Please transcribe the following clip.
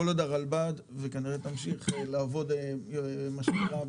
כל עוד הרלב"ד כנראה תמשיך לעבוד באיזה